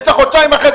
זה נמצא חודשיים וחצי,